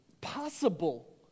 possible